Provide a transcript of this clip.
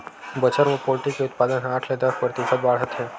बछर म पोल्टी के उत्पादन ह आठ ले दस परतिसत बाड़हत हे